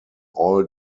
all